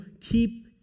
keep